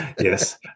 yes